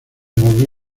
volví